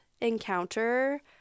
encounter